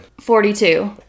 Forty-two